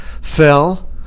fell